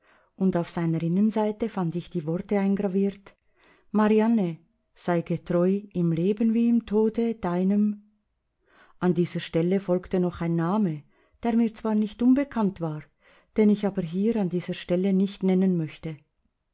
und auf seiner innenseite fand ich die worte eingraviert marianne sei getreu im leben wie im tode deinem an dieser stelle folgte noch ein name der mir zwar nicht unbekannt war den ich aber hier an dieser stelle nicht nennen möchte